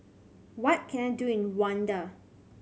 what can I do in Wanda